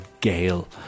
gale